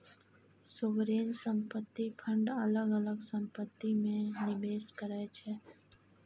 sovereign संपत्ति fund अलग अलग संपत्ति मे निबेस करै छै